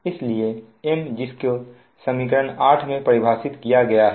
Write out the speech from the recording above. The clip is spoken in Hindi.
इसलिए M जिसको समीकरण 8 में परिभाषित किया गया है